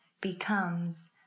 becomes